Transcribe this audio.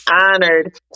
honored